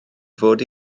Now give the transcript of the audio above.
fod